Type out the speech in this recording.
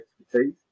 expertise